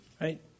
right